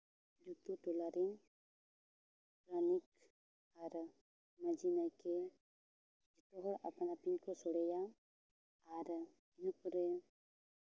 ᱟᱹᱛᱩ ᱴᱚᱞᱟ ᱨᱮᱱ ᱯᱟᱨᱟᱱᱤᱠ ᱟᱨ ᱢᱟᱹᱡᱷᱤ ᱱᱟᱭᱠᱮ ᱡᱚᱛᱚ ᱦᱚᱲ ᱟᱯᱟᱱᱼᱟᱹᱯᱤᱱ ᱠᱚ ᱥᱳᱲᱮᱭᱟ ᱟᱨ ᱤᱱᱟᱹ ᱯᱚᱨᱮ